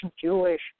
Jewish